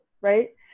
right